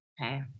Okay